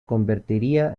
convertiría